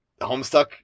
Homestuck